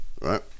right